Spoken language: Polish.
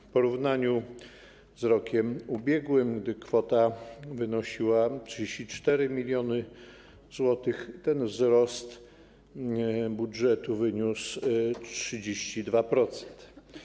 W porównaniu z rokiem ubiegłym, gdy kwota wynosiła 34 mln zł, wzrost budżetu wyniósł 32%.